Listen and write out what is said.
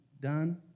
done